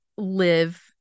live